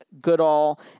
Goodall